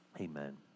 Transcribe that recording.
Amen